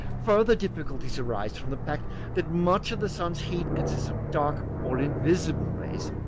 further difficulties arise from the fact that much of the sun's heat consists of dark or invisible rays,